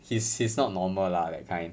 he's he's not normal lah that kind